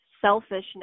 selfishness